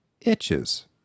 itches